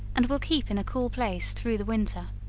and will keep in a cool place through the winter.